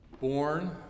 Born